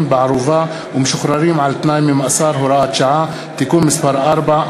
בערובה ומשוחררים על-תנאי ממאסר (הוראת שעה) (תיקון מס' 4),